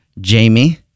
Jamie